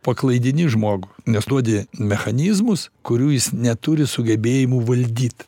paklaidini žmogų nes duodi mechanizmus kurių jis neturi sugebėjimų valdyt